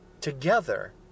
together